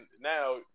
now